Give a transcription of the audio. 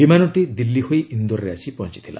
ବିମାନଟି ଦିଲ୍ଲୀ ହୋଇ ଇନ୍ଦୋରରେ ଆସି ପହଞ୍ଚିଥିଲା